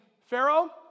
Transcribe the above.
Pharaoh